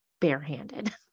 barehanded